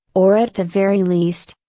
or at the very least,